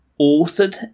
authored